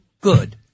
good